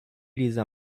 dieser